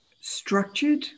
structured